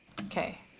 Okay